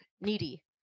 needy